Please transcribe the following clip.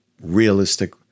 realistic